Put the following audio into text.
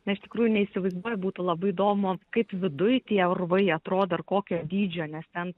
na iš tikrųjų neįsivaizduoju būtų labai įdomu kaip viduj tie urvai atrodo ir kokio dydžio nes ten